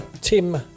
Tim